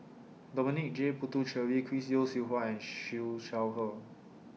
Dominic J Puthucheary Chris Yeo Siew Hua and Siew Shaw Her